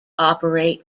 operate